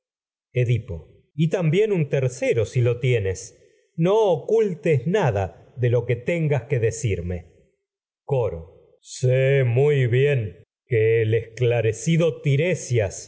edipo y también un tercero si lo tienes no ocul tes nada de lo que tengas que decirme coro sé muy bien que el esclarecido tiresias